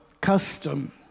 custom